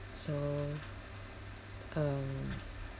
so um